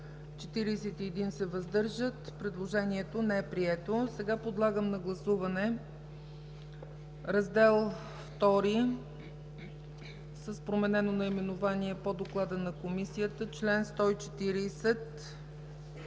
Предложението не е прието.